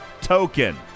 token